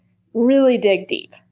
really dig deep.